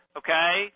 okay